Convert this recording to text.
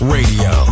Radio